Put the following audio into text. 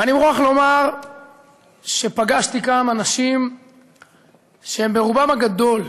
ואני מוכרח לומר שפגשתי כאן אנשים שרובם הגדול,